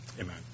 Amen